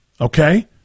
Okay